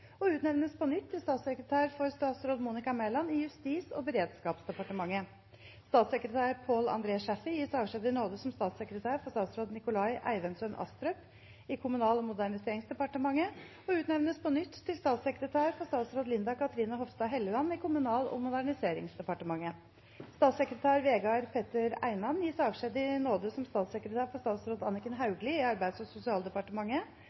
og utnevnes på nytt til statssekretær for statsråd Monica Mæland i Justis- og beredskapsdepartementet. Statssekretær Paul André Chaffey gis avskjed i nåde som statssekretær for statsråd Nikolai Eivindssøn Astrup i Kommunal- og moderniseringsdepartementet og utnevnes på nytt til statssekretær for statsråd Linda Cathrine Hofstad Helleland i Kommunal- og moderniseringsdepartementet. Statssekretær Vegard Petter Einan gis avskjed i nåde som statssekretær for statsråd Anniken Hauglie i Arbeids- og sosialdepartementet